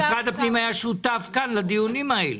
משרד הפנים היה שותף לדיונים האלה.